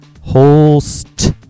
host